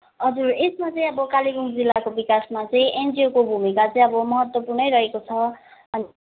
हजुर यसमा चाहिँ अब कालेबुङ जिल्लाको विकासमा चाहिँ एनजिओको भुमिका चाहिँ अब महत्त्वपूर्णै रहेको छ अनि